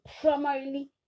primarily